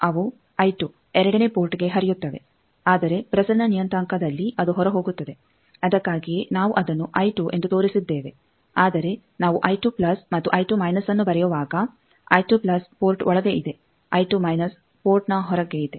ಅವು ಎರಡನೇ ಪೋರ್ಟ್ಗೆ ಹರಿಯುತ್ತವೆ ಆದರೆ ಪ್ರಸರಣ ನಿಯತಾಂಕದಲ್ಲಿ ಅದು ಹೊರ ಹೋಗುತ್ತದೆ ಅದಕ್ಕಾಗಿಯೇ ನಾವು ಅದನ್ನು ಎಂದು ತೋರಿಸಿದ್ದೇವೆ ಆದರೆ ನಾವು ಮತ್ತು ನ್ನು ಬರೆಯುವಾಗ ಪೋರ್ಟ್ ಒಳಗೆ ಇದೆ ಪೋರ್ಟ್ನ ಹೊರಗಿದೆ